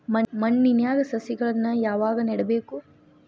ಮಣ್ಣಿನ್ಯಾಗ್ ಸಸಿಗಳನ್ನ ಯಾವಾಗ ನೆಡಬೇಕು?